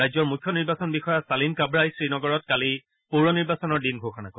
ৰাজ্যৰ মুখ্য নিৰ্বাচন বিষয়া ছালিন কাৱাই শ্ৰীনগৰত কালি পৌৰ নিৰ্বাচনৰ দিন ঘোষণা কৰে